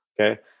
Okay